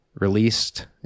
released